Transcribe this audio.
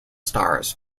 stars